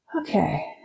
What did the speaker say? okay